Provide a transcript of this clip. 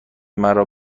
مرا